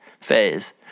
phase